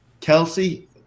Kelsey